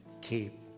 keep